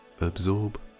absorb